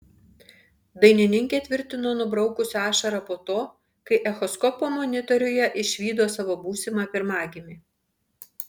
dainininkė tvirtino nubraukusi ašarą po to kai echoskopo monitoriuje išvydo savo būsimą pirmagimį